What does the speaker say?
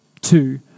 Two